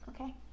Okay